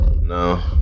no